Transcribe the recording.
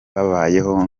babayeho